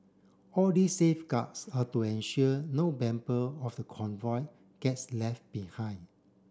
all these safeguards are to ensure no member of the convoy gets left behind